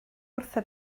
wrtho